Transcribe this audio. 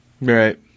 right